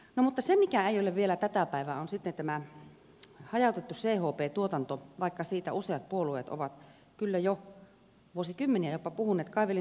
no mutta se mikä ei ole vielä tätä päivää on hajautettu chp tuotanto vaikka siitä useat puolueet ovat kyllä jopa jo vuosikymmeniä puhuneet